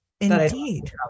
Indeed